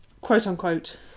quote-unquote